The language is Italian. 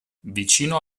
vicino